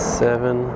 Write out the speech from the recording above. seven